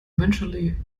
eventually